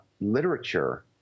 literature